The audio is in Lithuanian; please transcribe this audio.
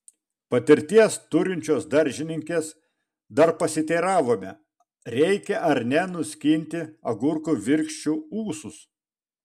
patirties turinčios daržininkės dar pasiteiravome reikia ar ne nuskinti agurkų virkščių ūsus